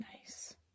nice